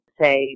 say